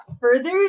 further